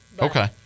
okay